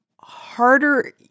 harder